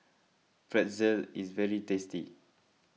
Pretzel is very tasty